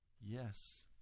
Yes